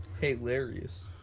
Hilarious